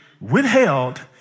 withheld